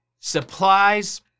supplies